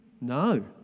no